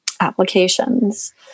applications